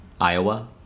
iowa